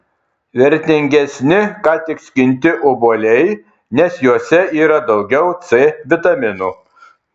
vertingesni ką tik skinti obuoliai nes juose yra daugiau c vitamino